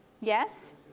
Yes